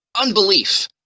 unbelief